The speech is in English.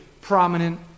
prominent